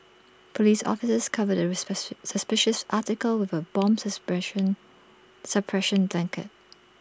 Police officers covered the suspicious article with A bomb suppression blanket